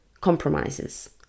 compromises